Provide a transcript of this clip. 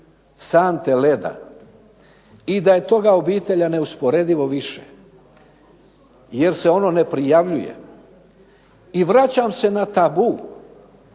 sante leda i da je toga u obitelja neusporedivo više, jer se ono ne prijavljuje. I vraćam se na tabu.